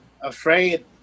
afraid